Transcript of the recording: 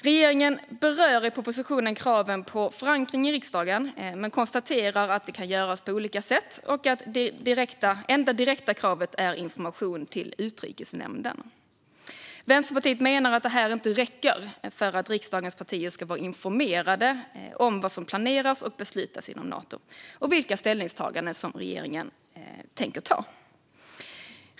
Regeringen berör i propositionen kraven på förankring i riksdagen och konstaterar att det kan göras på olika sätt men att det enda direkta kravet är information i Utrikesnämnden. Vänsterpartiet menar att detta inte räcker för att riksdagens partier ska vara informerade om vad som planeras och beslutas inom Nato och om vilka ställningstaganden regeringen tänker ta.